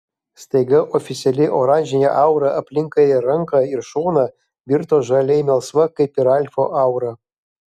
staiga oficiali oranžinė aura aplink kairę ranką ir šoną virto žaliai melsva kaip ir ralfo aura